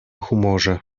humorze